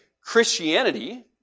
Christianity